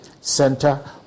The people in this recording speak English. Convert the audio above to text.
center